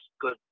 good